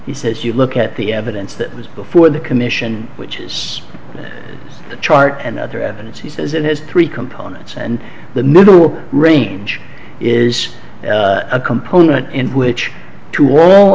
he says you look at the evidence that was before the commission which is the chart and other evidence he says it has three components and the middle range is a component in which to all